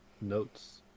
notes